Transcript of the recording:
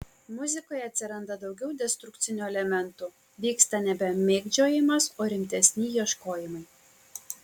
muzikoje atsiranda daugiau destrukcinių elementų vyksta nebe mėgdžiojimas o rimtesni ieškojimai